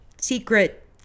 secret